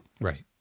Right